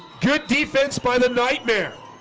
good defense by the nightmare